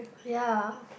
ya